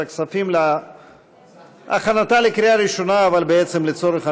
הכספים להכנתה לקריאה שנייה ושלישית.